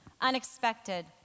unexpected